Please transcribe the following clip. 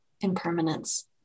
impermanence